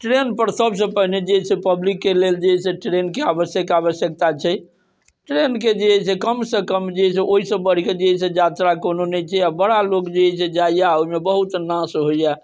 train पर सबसँ पहिने जे है से पब्लिकके लेल जे है से ट्रेन के आवश्यक आवश्यकता छै ट्रेन के जे है से कम से कम जे है से ओहिसँ बढ़ि के जे है से यात्रा कोनो नहि छै आ बड़ा लोक जे है से जाइया आ ओहिमे बहुत नाश होइया